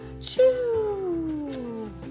choo